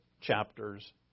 chapters